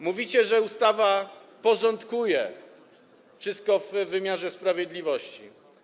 Mówicie, że ustawa porządkuje wszystko w wymiarze sprawiedliwości.